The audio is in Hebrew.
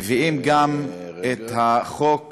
מביאים גם את החוק